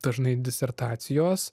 dažnai disertacijos